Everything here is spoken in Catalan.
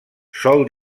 sol